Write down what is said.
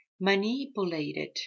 manipulated